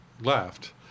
left